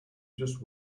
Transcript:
just